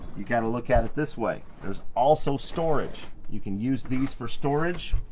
you got to look at it this way there's also storage. you can use these for storage,